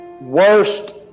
worst